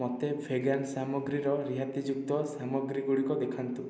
ମୋତେ ଭେଗାନ୍ ସାମଗ୍ରୀର ରିହାତିଯୁକ୍ତ ସାମଗ୍ରୀ ଗୁଡ଼ିକ ଦେଖାନ୍ତୁ